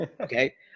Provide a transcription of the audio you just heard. Okay